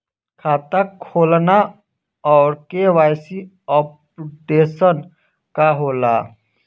खाता खोलना और के.वाइ.सी अपडेशन का होला?